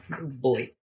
boy